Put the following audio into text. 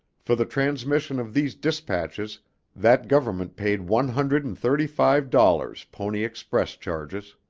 for the transmission of these dispatches that government paid one hundred and thirty-five dollars pony express charges.